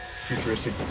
futuristic